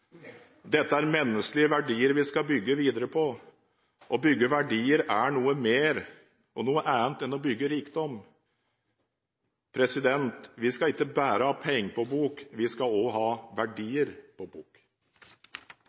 Dette er menneskelige verdier vi skal bygge videre på. Å bygge verdier er noe mer og noe annet enn å bygge rikdom. Vi skal ikke bare ha penger på bok. Vi skal også ha verdier på bok.